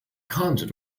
content